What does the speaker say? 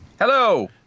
Hello